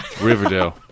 Riverdale